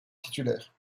titulaire